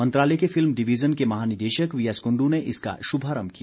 मंत्रालय के film division के महानिदेशक वी एस कुंडू ने इसका शुभारंभ किया